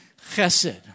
Chesed